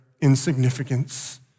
insignificance